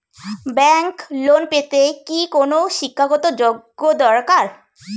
Bank loan পেতে কি কোনো শিক্ষা গত যোগ্য দরকার?